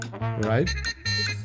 right